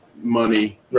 money